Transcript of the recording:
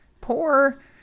poor